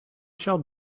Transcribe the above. shall